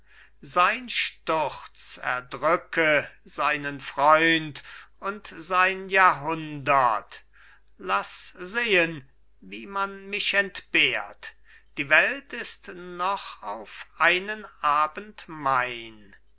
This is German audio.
sein sturz erdrücke seinen freund und sein jahrhundert laß sehen wie man mich entbehrt die welt ist noch auf einen abend mein